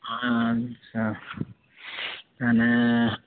ଆଚ୍ଛା ତାହେଲେ